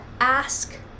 ask